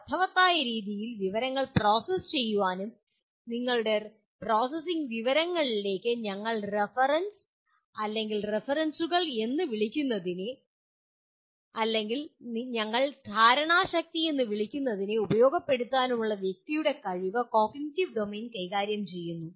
അർത്ഥവത്തായ രീതിയിൽ വിവരങ്ങൾ പ്രോസസ്സ് ചെയ്യാനും നിങ്ങളുടെ പ്രോസസ്സിംഗ് വിവരങ്ങളിലേക്ക് ഞങ്ങൾ റഫറൻസ് റഫറൻസുകൾ എന്ന് വിളിക്കുന്നതിനെ അല്ലെങ്കിൽ ഞങ്ങൾ ധാരണാശക്തി എന്ന് വിളിക്കുന്നതിനെ ഉപയോഗപ്പെടുത്താനുമുള്ള വ്യക്തിയുടെ കഴിവ് കോഗ്നിറ്റീവ് ഡൊമെയ്ൻ കൈകാര്യം ചെയ്യുന്നു